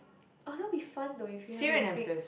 orh that would be fun though if you have a big